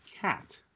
cat